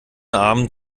abend